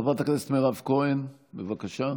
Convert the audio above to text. חברת הכנסת מירב כהן, בבקשה.